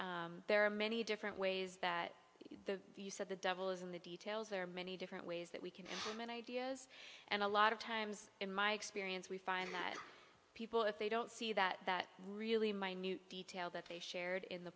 there are many different ways that the use of the devil is in the details there are many different ways that we can come and ideas and a lot of times in my experience we find that people if they don't see that that really minute detail that they shared in the